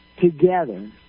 together